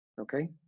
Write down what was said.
okay